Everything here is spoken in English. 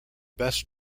best